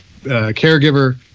caregiver